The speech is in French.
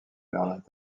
bernard